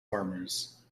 farmers